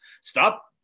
Stop